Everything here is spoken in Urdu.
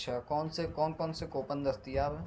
اچھا کون سے کون کون سے کوپن دستیاب ہیں